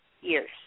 years